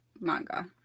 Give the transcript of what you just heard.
manga